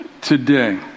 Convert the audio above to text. today